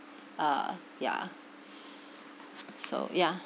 uh yeah so yeah